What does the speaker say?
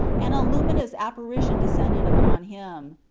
and a luminous appari tion descended upon him.